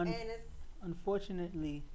Unfortunately